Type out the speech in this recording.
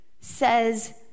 says